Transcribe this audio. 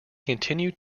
continue